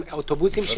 אוטובוסים,